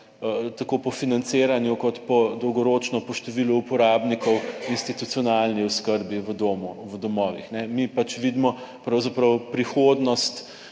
tako po financiranju, kot dolgoročno po številu uporabnikov, institucionalni oskrbi v domu, v domovih. Mi pač vidimo pravzaprav prihodnost